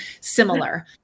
similar